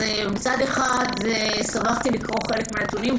מצד אחד, שמחתי לקרוא חלק מן הנתונים.